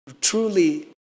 truly